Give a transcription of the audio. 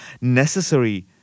necessary